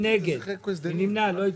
לא נעים לא לשמוע.